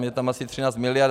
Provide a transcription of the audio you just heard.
Je tam asi 13 mld.